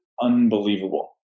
unbelievable